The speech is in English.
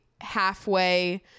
halfway